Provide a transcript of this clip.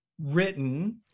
written